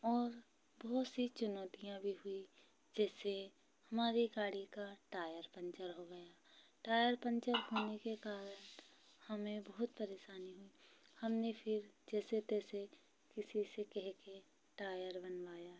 और बहुत सी चुनौतियाँ भी हुई जैसे हमारी गाड़ी का टायर पंचर हो गया टायर पंचर होने के कारण हमें बहुत परेशानी हुई हमने फिर जैसे तैसे किसी से कहके टायर बनवाया